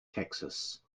texas